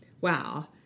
wow